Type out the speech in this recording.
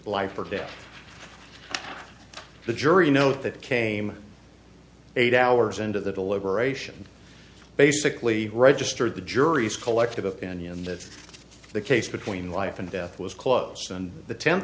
life or death the jury note that came eight hours into the deliberation basically registered the jury's collective opinion that the case between life and death was close and the te